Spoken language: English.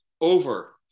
Over